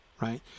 right